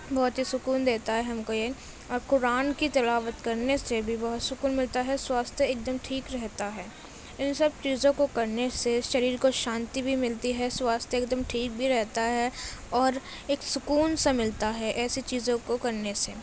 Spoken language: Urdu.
بہت ہی سکون دیتا ہے ہم کو یہ اور قرآن کی تلاوت کرنے سے بھی بہت سکون ملتا ہے سواستھ ایک دم ٹھیک رہتا ہے ان سب چیزوں کو کرنے سے شریر کو شانتی بھی ملتی ہے سواستھ ایک دم ٹھیک بھی رہتا ہے اور ایک سکون سا ملتا ہے ایسی چیزوں کو کرنے سے